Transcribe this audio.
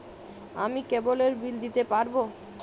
আমি কেবলের বিল দিতে পারবো?